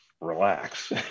relax